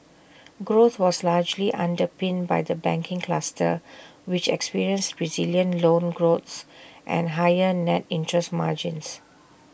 growth was largely underpinned by the banking cluster which experienced resilient loans growth and higher net interest margins